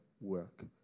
work